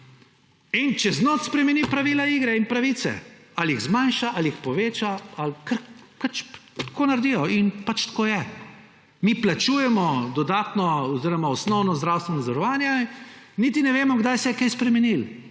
in čez noč spremeni pravila igre in pravice, ali jih zmanjša, ali jih poveča, pač tako naredijo in pač tako je. Mi plačujemo dodatno oziroma osnovno zdravstveno zavarovanje, niti ne vemo, kdaj se je kaj spremenilo.